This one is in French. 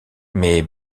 mais